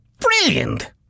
Brilliant